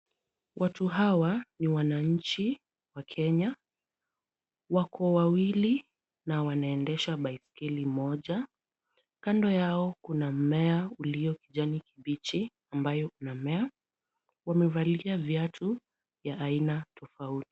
Watu hawa ni wananchi wa Kenya. Wako wawili na wanaendesha baiskeli moja. Kando yao kuna mmea ulio kijani kibichi ambayo unamea. Wamevalia viatu ya aina tofauti.